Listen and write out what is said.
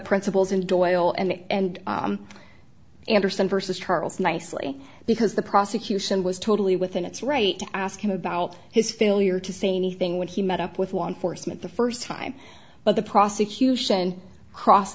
principles and doyle and anderson versus charles nicely because the prosecution was totally within its right to ask him about his failure to say anything when he met up with law enforcement the first time but the prosecution cross